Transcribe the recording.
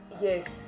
Yes